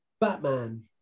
Batman